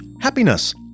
happiness